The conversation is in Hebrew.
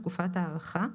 תקופת ההארכה),